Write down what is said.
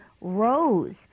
rose